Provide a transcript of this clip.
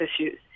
issues